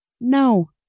No